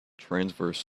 transverse